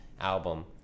album